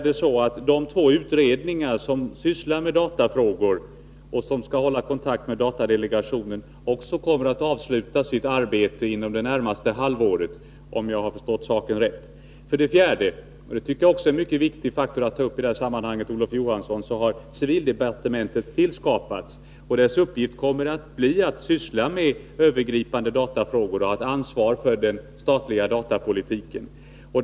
De två utredningar som sysslar med datafrågor och som skall hålla kontakt med datadelegationen kommer att avsluta sitt arbete inom det närmaste halvåret, om jag förstått saken rätt. 4. En mycket viktig faktor att ta upp i detta sammanhang, Olof Johansson, är att civildepartementet har tillskapats. Dess uppgift kommer att bli att syssla med övergripande datafrågor och att ha ansvar för den statliga datapolitiken.